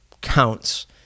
counts